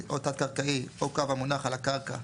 קרקעי או קו המונח על הקרקע,